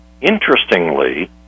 interestingly